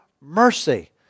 mercy